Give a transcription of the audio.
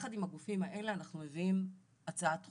ויחד עם הגופים האלה אנחנו מביאים הצעת חוק,